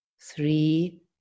Three